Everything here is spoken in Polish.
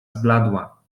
zbladła